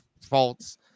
faults